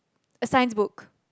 a science book